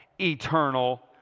Eternal